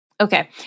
Okay